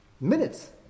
minutes